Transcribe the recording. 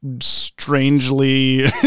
strangely